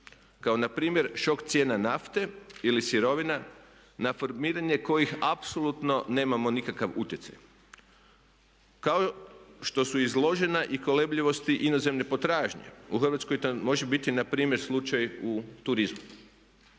Kao npr. šok cijena nafte ili sirovina na formiranje kojih apsolutno nemamo nikakav utjecaj. Kao što su izložena i kolebljivosti inozemne potražnje. U Hrvatskoj to može biti npr. slučaj u turizmu.